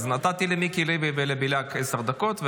אז נתתי למיקי לוי ולבליאק עשר דקות,